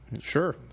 Sure